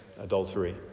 adultery